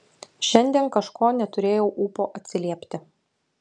šiandien kažko neturėjau ūpo atsiliepti